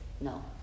no